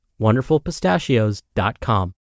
wonderfulpistachios.com